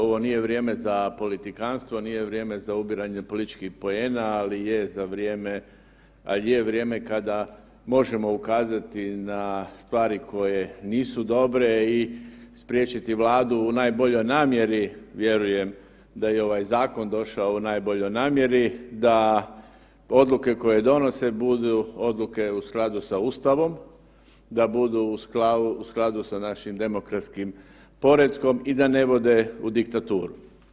Ovo nije vrijeme za politikantstvo, nije vrijeme za ubiranje političkih poena, ali je za vrijeme, ali je vrijeme kada možemo ukazati na stvari koje nisu dobre i spriječiti Vladu u najboljoj namjeri, vjerujem da je i ovaj zakon došao u najboljoj namjeri da odluke koje donose budu odluke u skladu sa Ustavom, da budu u skladu sa našim demokratskih poretkom i da ne vode u diktaturu.